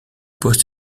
poste